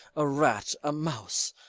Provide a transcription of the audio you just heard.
a rat, a mouse,